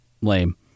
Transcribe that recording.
lame